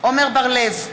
עמר בר-לב,